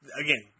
Again